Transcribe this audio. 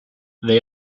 they